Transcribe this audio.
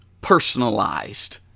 personalized